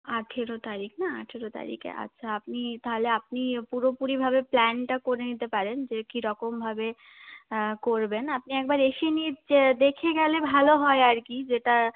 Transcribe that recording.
আঠেরো তারিখ না আঠেরো তারিখে আচ্ছা আপনি তাহলে আপনি পুরোপুরি ভাবে প্ল্যানটা করে নিতে পারেন যে কিরকম ভাবে করবেন আপনি একবার এসে নিয়ে দেখে গেলে ভালো হয় আর কি যেটা